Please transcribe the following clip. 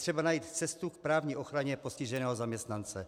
Je třeba najít cestu k právní ochraně postiženého zaměstnance.